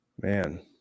Man